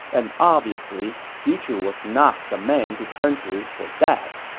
and obviously xu chu was not the man to turn to for that.